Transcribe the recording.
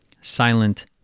Silent